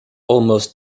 almost